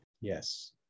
Yes